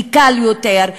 כי קל יותר,